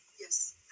yes